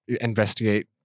investigate